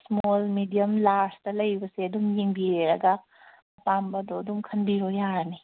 small medium ꯂꯥꯔꯖꯇ ꯂꯩꯔꯤꯕꯁꯦ ꯑꯗꯨꯝ ꯌꯦꯡꯕꯤꯔꯦꯔꯒ ꯑꯄꯥꯝꯕꯗꯣ ꯑꯗꯨꯝ ꯈꯟꯕꯤꯔꯣ ꯌꯥꯔꯅꯤ